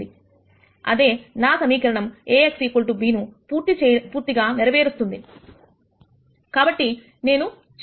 అదే నా సమీకరణము A x b ను పూర్తిగా నెరవేరుస్తుంది కాబట్టి నేను చివరిగా x1 x2 x3 అనేది 0